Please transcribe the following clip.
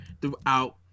throughout